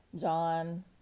John